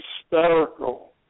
hysterical